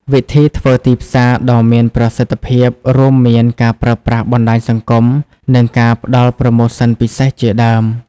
វិធីធ្វើទីផ្សារដ៏មានប្រសិទ្ធភាពរួមមានការប្រើប្រាស់បណ្ដាញសង្គម និងការផ្ដល់ប្រូម៉ូសិនពិសេសជាដើម។